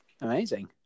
Amazing